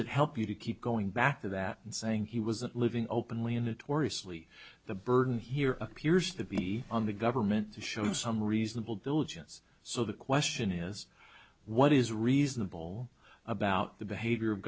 it help you to keep going back to that and saying he was living openly in a tory sleaze the burden here appears to be on the government to show some reasonable diligence so the question is what is reasonable about the behavior of